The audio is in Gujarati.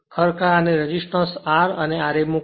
ખરેખર આને રેઝિસ્ટન્સ R અને ra મૂકો